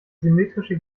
symmetrische